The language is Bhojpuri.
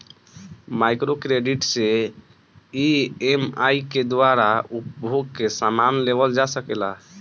माइक्रो क्रेडिट से ई.एम.आई के द्वारा उपभोग के समान लेवल जा सकेला